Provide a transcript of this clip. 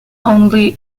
only